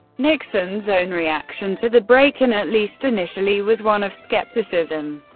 nixon's own reaction to the break-in, at least initially, was one of skepticism.